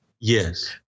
Yes